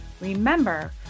Remember